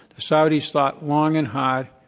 the saudis thought long and hard,